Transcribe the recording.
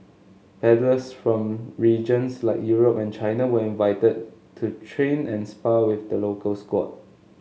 paddlers from regions like Europe and China were invited to train and spar with the local squad